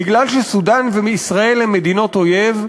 בגלל שסודאן וישראל הן מדינות אויב,